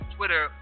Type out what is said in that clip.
Twitter